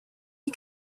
you